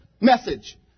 message